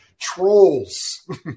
Trolls